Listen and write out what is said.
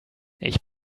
ich